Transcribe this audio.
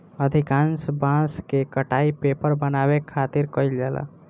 अधिकांश बांस के कटाई पेपर बनावे खातिर कईल जाला